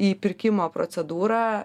į pirkimo procedūrą